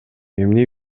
эмне